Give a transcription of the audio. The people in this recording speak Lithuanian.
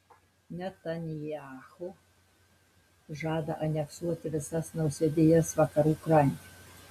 netanyahu žada aneksuoti visas nausėdijas vakarų krante